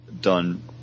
done